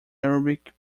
arabic